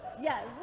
Yes